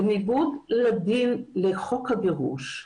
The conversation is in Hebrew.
בניגוד לחוק הגירוש,